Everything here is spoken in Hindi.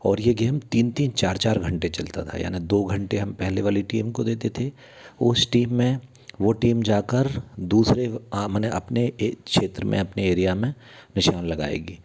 और यह गेम तीन तीन चार चार घंटे चलता था यानि दो घंटे हम पहले वाली टीम को देते थे उस टीम में वह टीम जाकर दूसरे मने अपने ए क्षेत्र में अपने एरिया में निशान लगाएगी